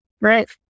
right